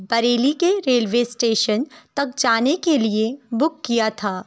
بریلی کے railway station تک جانے کے لیے بک کیا تھا